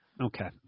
Okay